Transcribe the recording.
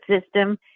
system